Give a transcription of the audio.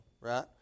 right